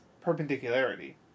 perpendicularity